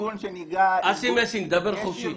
אסי מסינג, דבר חופשי.